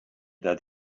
that